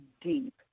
deep